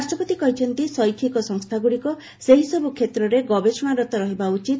ରାଷ୍ଟ୍ରପତି କହିଛନ୍ତି ଶୈକ୍ଷିକ ସଂସ୍ଥାଗୁଡ଼ିକ ସେହିସବୁ କ୍ଷେତ୍ରରେ ଗବେଷଣାରତ ରହିବା ଉଚିତ